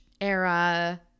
era